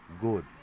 good